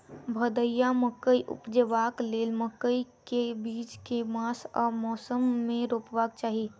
भदैया मकई उपजेबाक लेल मकई केँ बीज केँ मास आ मौसम मे रोपबाक चाहि?